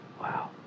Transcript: Wow